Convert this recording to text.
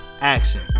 action